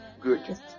Good